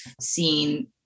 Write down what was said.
seen